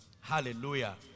Hallelujah